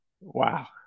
wow